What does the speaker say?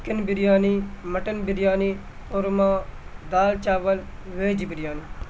chicken biryani mutton biryani korma دال چاول veg biryani